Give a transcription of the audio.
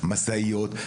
משאיות,